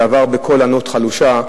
זה עבר בקול ענות חלושה,